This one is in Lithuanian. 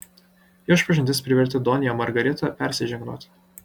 jo išpažintis privertė donją margaritą persižegnoti